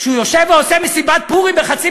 כשהוא יושב ועושה מסיבת פורים בחצי